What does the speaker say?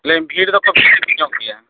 ᱞᱟᱹᱭᱮᱫᱟᱹᱧ ᱵᱷᱤᱲ ᱫᱚ ᱠᱚ ᱵᱷᱤᱲ ᱧᱚᱜ ᱜᱮᱭᱟ